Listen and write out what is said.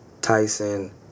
Tyson